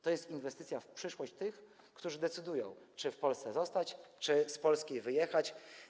To jest inwestycja w przyszłość tych, którzy decydują, czy w Polsce zostać, czy z Polski wyjechać.